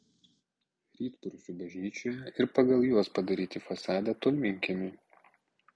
rytprūsių bažnyčioje ir pagal juos padaryti fasadą tolminkiemiui